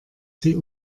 sie